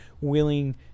willing